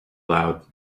loud